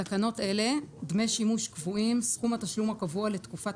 בתקנות אלה "דמי שימוש קבועים" סכום התשלום הקבוע לתקופת